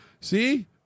See